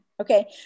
okay